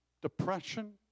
depression